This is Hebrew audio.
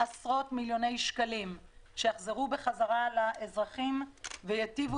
עשרות מיליוני שקלים שיחזרו חזרה לאזרחים וייטיבו